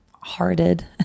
hearted